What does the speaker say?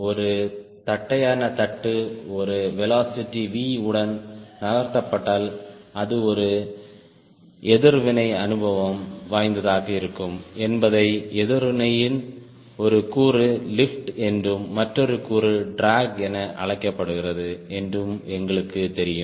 ஒரு தட்டையான தட்டு ஒரு வெலோசிட்டி V உடன் நகர்த்தப்பட்டால் அது ஒரு எதிர்வினை அனுபவம் வாய்ந்ததாக இருக்கும் என்பதையும் எதிர்வினையின் ஒரு கூறு லிஃப்ட் என்றும் மற்றொரு கூறு ட்ராக் என அழைக்கப்படுகிறது என்றும் எங்களுக்குத் தெரியும்